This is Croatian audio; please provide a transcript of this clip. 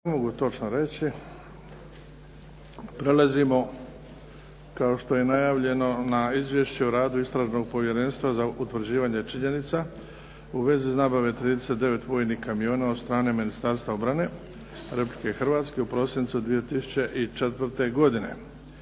ne mogu točno reći. Prelazimo kao što je i najavljeno na - Izvješće o radu Istražnog povjerenstva za utvrđivanje činjenica u vezi nabave 39 vojnih kamiona od strane Ministarstva obrane Republike Hrvatske u prosincu 2004. godine